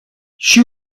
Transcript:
she